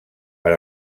per